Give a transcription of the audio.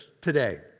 today